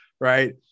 right